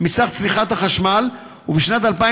מסך צריכת החשמל, ובשנת 2030,